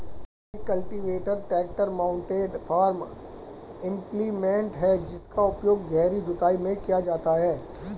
एक cultivator tractor mounted farm implement है जिसका उपयोग गहरी जुताई में किया जाता है